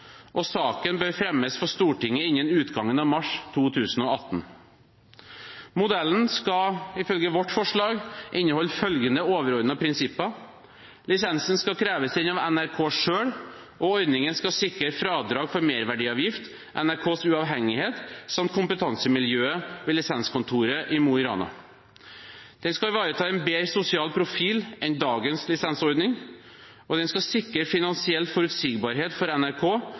og lisensbetalerne, og saken bør fremmes for Stortinget innen utgangen av mars 2018. Modellen skal ifølge vårt forslag inneholde følgende overordnede prinsipper: Lisensen skal kreves inn av NRK selv, og ordningen skal sikre fradrag for merverdiavgift, NRKs uavhengighet samt kompetansemiljøet ved Lisenskontoret i Mo i Rana. Den skal ivareta en bedre sosial profil enn dagens lisensordning, og den skal sikre finansiell forutsigbarhet for NRK,